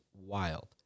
wild